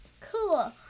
Cool